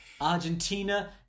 Argentina